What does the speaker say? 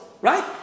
right